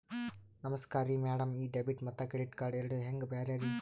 ನಮಸ್ಕಾರ್ರಿ ಮ್ಯಾಡಂ ಈ ಡೆಬಿಟ ಮತ್ತ ಕ್ರೆಡಿಟ್ ಕಾರ್ಡ್ ಎರಡೂ ಹೆಂಗ ಬ್ಯಾರೆ ರಿ?